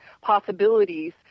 possibilities